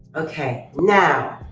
okay, now